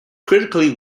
critically